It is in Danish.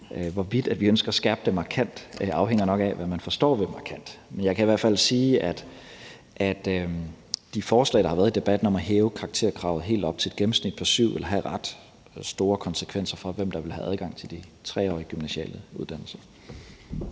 hvorvidt vi ønsker at skærpe det markant, afhænger nok af, hvad man forstår ved »markant«. Men jeg kan i hvert fald sige, at de forslag, der har været i debatten om at hæve karakterkravet helt op til et gennemsnit på 7, vil have ret store konsekvenser for, hvem der vil have adgang til de 3-årige gymnasiale uddannelser.